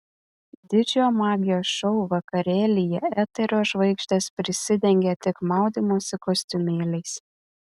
didžiojo magijos šou vakarėlyje eterio žvaigždės prisidengė tik maudymosi kostiumėliais